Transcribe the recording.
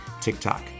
TikTok